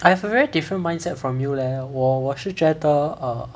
I have a very different mindset from you leh 我我是觉得 err